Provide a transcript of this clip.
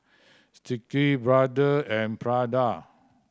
Sticky Brother and Prada